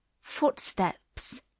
footsteps